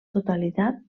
totalitat